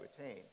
attain